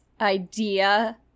idea